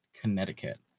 Connecticut